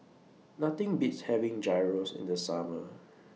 Nothing Beats having Gyros in The Summer